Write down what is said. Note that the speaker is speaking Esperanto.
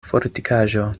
fortikaĵo